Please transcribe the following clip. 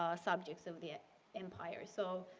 ah subjects of the ah empire. so,